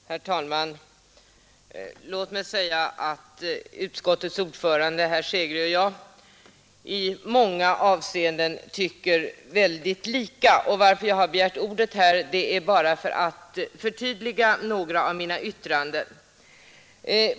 Herr talman! Låt mig säga att utskottets ordförande herr Hansson i Skegrie och jag i många avseenden tycker väldigt lika i denna fråga, och jag har begärt ordet nu bara för att förtydliga några av mina yttranden.